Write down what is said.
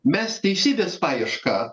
mes teisybės paiešką